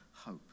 hope